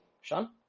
Sean